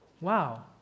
Wow